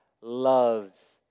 loves